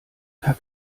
per